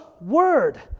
Word